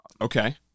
Okay